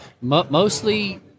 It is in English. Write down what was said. Mostly –